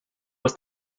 was